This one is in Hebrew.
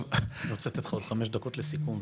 אני רוצה לתת לך עוד חמש דקות לסיכון,